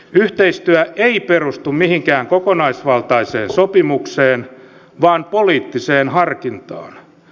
yhteistyö ei perustu mihinkään kokonaisvaltaiseen sopimukseen vaan poliittiseen harkintaan